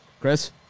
Chris